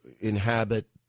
inhabit